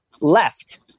left